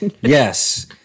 Yes